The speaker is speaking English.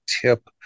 tip